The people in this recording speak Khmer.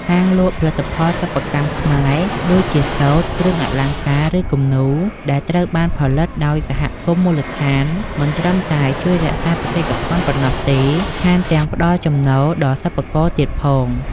ហាងលក់ផលិតផលសិប្បកម្មខ្មែរ ដូចជាសូត្រ គ្រឿងអលង្ការ ឬគំនូរ ដែលត្រូវបានផលិតដោយសហគមន៍មូលដ្ឋាន មិនត្រឹមតែជួយរក្សាបេតិកភណ្ឌប៉ុណ្ណោះទេ ថែមទាំងផ្តល់ចំណូលដល់សិប្បករទៀតផង។